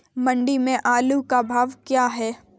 मंडी में आलू का भाव क्या है?